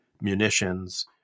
munitions